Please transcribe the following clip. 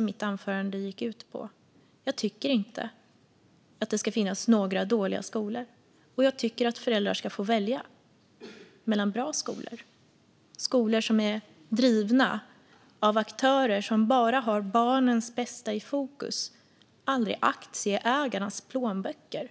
Mitt anförande gick ut på att jag tycker att det inte ska finnas några dåliga skolor. Jag tycker att föräldrar ska få välja mellan bra skolor, skolor som är drivna av aktörer som bara har barnens bästa i fokus, aldrig aktieägarnas plånböcker.